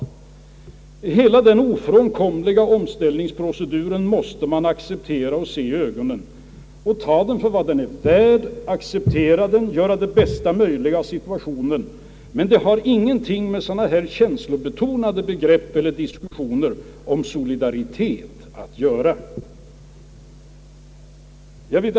Hela denna ofrånkomliga omställningsprocedur måste man acceptera och se i ögonen. Man får ta den för vad den är värd, acceptera den och göra det bästa möjliga av situationen, Det har ingenting med känslobetonade diskussioner om solidaritet att göra.